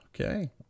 Okay